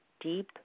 deep